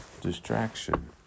distraction